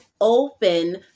open